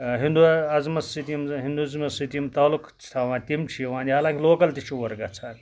ہِندو اَزمَس سۭتۍ یِم ہِندواِزمَس سۭتۍ یِم تعلُق چھِ تھاوان تِم چھِ یِوان یا لوکَل تہٕ چھِ اور گَژھان